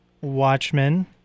Watchmen